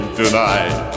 tonight